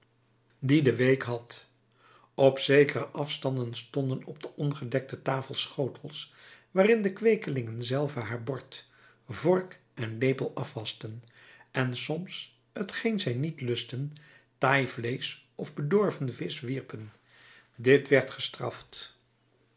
die de week had op zekere afstanden stonden op de ongedekte tafel schotels waarin de kweekelingen zelve haar bord vork en lepel afwaschten en soms t geen zij niet lusten taai vleesch of bedorven visch wierpen dit werd gestraft